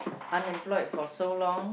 unemployed for so long